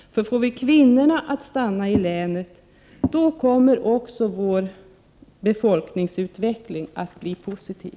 Får vi kvinnorna att stanna i länet, kommer också vår befolkningsutveckling att bli positiv.